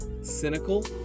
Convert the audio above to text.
cynical